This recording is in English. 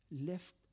left